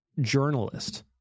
journalist